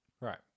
Right